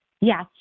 Yes